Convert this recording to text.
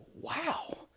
wow